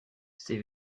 ces